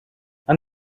and